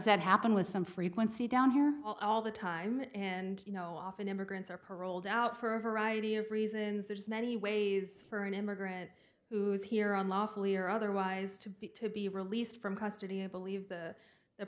that happen with some frequency down here all the time and you know often immigrants are paroled out for a variety of reasons there's many ways for an immigrant who's here on lawfully or otherwise to be to be released from custody and believe the the